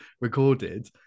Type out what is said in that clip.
recorded